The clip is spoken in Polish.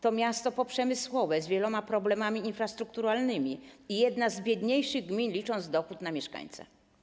To miasto poprzemysłowe, z wieloma problemami infrastrukturalnymi, i jedna z biedniejszych gmin pod względem dochodu na mieszkańca.